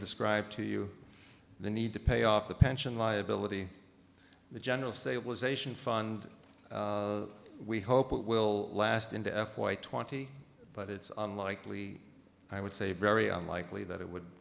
described to you the need to pay off the pension liability the general stabilization fund we hope will last into f y twenty but it's unlikely i would say very unlikely that it would